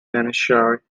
lancashire